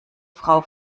frau